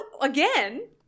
again